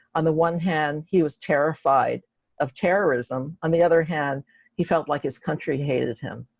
on the one hand he was terrified of terrorism, on the other hand he felt like his country hated him.